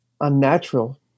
unnatural